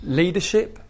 leadership